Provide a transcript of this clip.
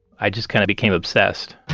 i just kind of became obsessed